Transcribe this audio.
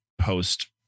post